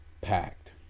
packed